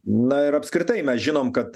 na ir apskritai mes žinom kad